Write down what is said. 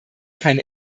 keine